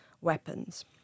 weapons